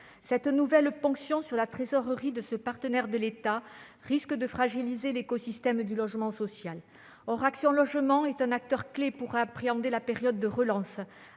Cette nouvelle ponction sur la trésorerie de ce partenaire de l'État risque de fragiliser l'écosystème du logement social. Or Action Logement est un acteur clé pour appréhender la période de relance,